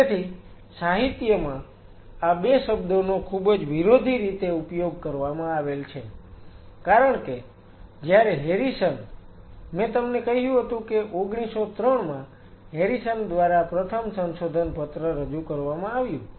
તેથી સાહિત્યમાં આ 2 શબ્દોનો ખૂબ જ વિરોધી રીતે ઉપયોગ કરવામાં આવેલ છે કારણ કે જ્યારે હેરિસન મેં તમને કહ્યું હતું કે 1903 માં હેરિસન દ્વારા પ્રથમ સંશોધનપત્ર રજુ કરવામાં આવ્યું